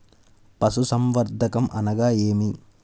పశుసంవర్ధకం అనగా ఏమి?